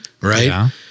Right